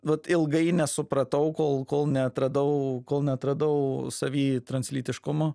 vat ilgai nesupratau kol kol neatradau kol neatradau savyje translytiškumo